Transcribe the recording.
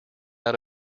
out